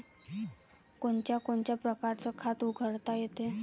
कोनच्या कोनच्या परकारं खात उघडता येते?